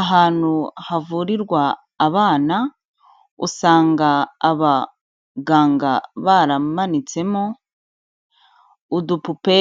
Ahantu havurirwa abana usanga abaganga baramanitsemo udupupe,